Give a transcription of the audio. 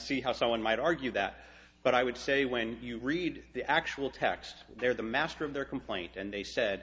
see how someone might argue that but i would say when you read the actual text they're the master of their complaint and they said